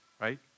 right